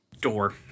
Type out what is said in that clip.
door